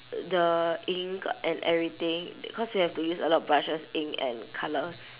the ink and everything cause we have to use a lot of brushes ink and colours